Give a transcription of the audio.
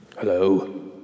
Hello